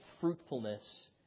fruitfulness